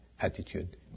attitude